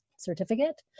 certificate